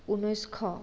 ঊনৈছশ